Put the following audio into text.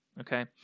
Okay